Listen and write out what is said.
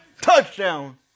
touchdown